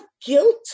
guilt